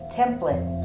template